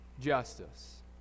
justice